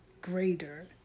greater